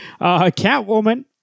Catwoman